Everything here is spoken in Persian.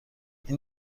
این